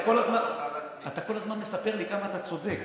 אתה כל הזמן מספר לי כמה אתה צודק.